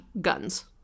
guns